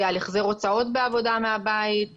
על החזר הוצאות בעבודה מהבית,